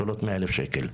שעולות 100 אלף שקל.